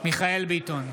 מיכאל מרדכי ביטון,